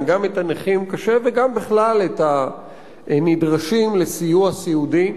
גם את הנכים קשה וגם בכלל את הנדרשים לסיוע סיעודי.